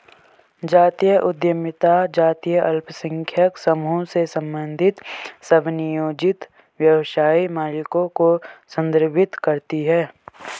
जातीय उद्यमिता जातीय अल्पसंख्यक समूहों से संबंधित स्वनियोजित व्यवसाय मालिकों को संदर्भित करती है